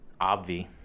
obvi